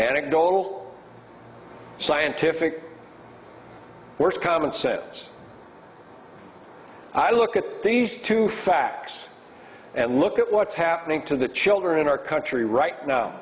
anecdotal scientific works commonsense i look at these two facts and look at what's happening to the children in our country